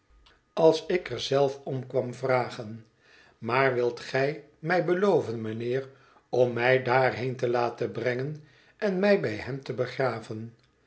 als ik er lady dedlock en rosa zelf om kwam vragen maar wilt gij mij beloven mijnheer om mij daarheen te laten brengen en mij bij hem te begraven